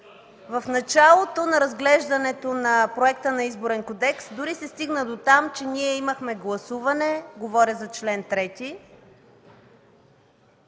В началото на разглеждането на Проекта на Изборен кодекс дори се стигна дотам, че ние имахме гласуване – говоря за чл.